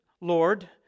Lord